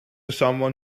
someone